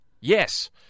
Yes